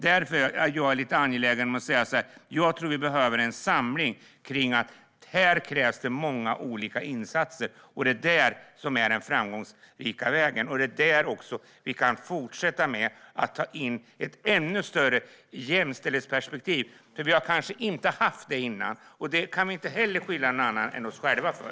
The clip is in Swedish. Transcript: Därför är det angeläget med en samling kring många olika insatser. Det är det som är den framgångsrika vägen. Då kan vi ta in ett ännu större jämställdhetsperspektiv. Det har vi kanske inte haft innan, och det kan vi inte heller skylla någon annan än oss själva för.